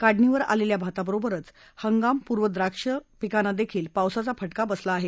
काढणीवर आलेल्या भाता बरोबरच हंगाम पूर्व द्राक्ष पिकांना देखील पावसाचा फटका बसला आहे